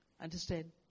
Understand